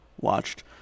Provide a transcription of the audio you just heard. watched